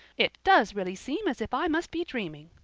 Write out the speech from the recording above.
it does really seem as if i must be dreaming.